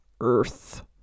earth